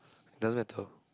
doesn't matter